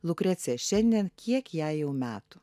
lukrecija šiandien kiek jai jau metų